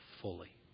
fully